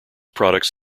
products